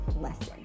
lesson